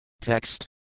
Text